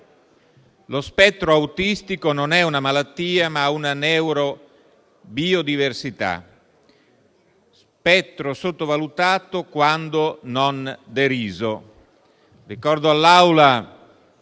lo spettro autistico non è una malattia ma una neuro-biodiversità, spettro sottovalutato quando non deriso. Ricordo all'Assemblea